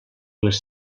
les